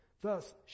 Thus